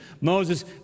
Moses